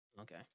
Okay